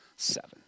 seven